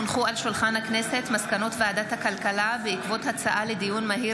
הונחו על שולחן הכנסת מסקנות ועדת הכלכלה בעקבות דיון מהיר